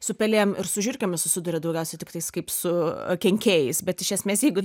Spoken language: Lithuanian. su pelėm ir su žiurkėmis susiduria daugiausiai tiktais kaip su kenkėjais bet iš esmės jeigu